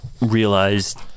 realized